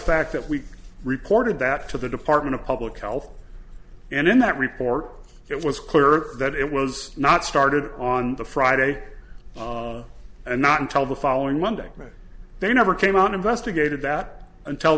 fact that we reported that to the department of public health and in that report it was clear that it was not started on the friday and not until the following monday when they never came out investigated that until